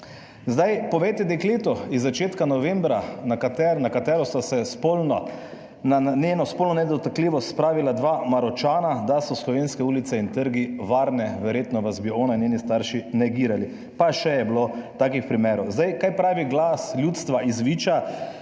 Zdaj povejte dekletu iz začetka novembra, na katero sta na njeno spolno nedotakljivost spravila dva Maročana, da so slovenske ulice in trgi varne. Verjetno vas bi ona in njeni starši negirali, pa še je bilo takih primerov. Zdaj, kaj pravi glas ljudstva iz Viča?